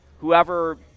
whoever